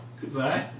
Goodbye